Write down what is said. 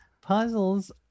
puzzles